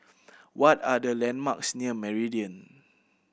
what are the landmarks near Meridian